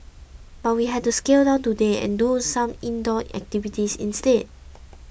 but we had to scale down today and do some indoor activities instead